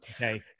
Okay